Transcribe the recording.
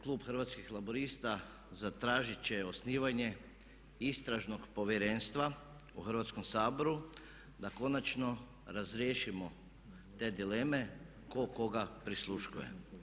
Klub Hrvatskih laburista zatražit će osnivanje istražnog povjerenstva u Hrvatskom saboru da konačno razriješimo te dileme tko koga prisluškuje.